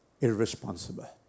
irresponsible